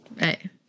right